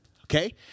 okay